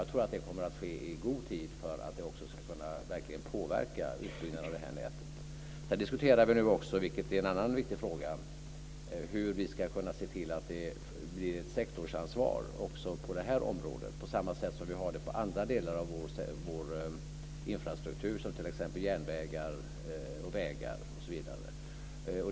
Jag tror att det kommer att ske i god tid för att det också verkligen ska kunna påverka utbyggnaden av detta nät. En annan viktig fråga som vi nu diskuterar är hur vi ska kunna se till att det blir ett sektorsansvar också på detta område, på samma sätt som inom andra delar av vår infrastruktur, t.ex. järnvägar, vägar, osv.